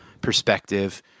perspective